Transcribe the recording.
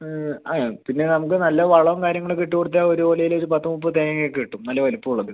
ആ പിന്നെ നമുക്ക് നല്ല വളവും കാര്യങ്ങളൊക്കെ ഇട്ടു കൊടുത്താൽ ഒരു കുലയിൽ ഒരു പത്ത് മുപ്പത് തേങ്ങ ഒക്കെ കിട്ടും നല്ല വലിപ്പം ഉള്ളത്